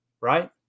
right